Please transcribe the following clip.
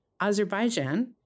Azerbaijan